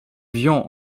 vian